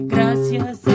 Gracias